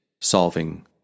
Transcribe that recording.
solving